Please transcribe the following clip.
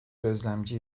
gözlemci